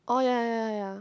oh yeah yeah yeah yeah